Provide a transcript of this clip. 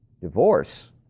divorce